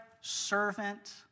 servant